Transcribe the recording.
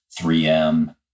3M